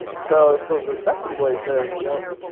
so so the second boy says, well